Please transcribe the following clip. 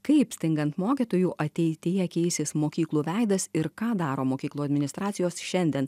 kaip stingant mokytojų ateityje keisis mokyklų veidas ir ką daro mokyklų administracijos šiandien